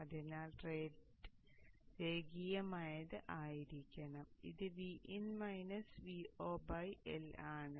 അതിനാൽ റേറ്റ് രേഖീയമായത് ആയിരിക്കണം ഇത് L ആണ്